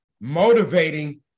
motivating